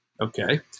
Okay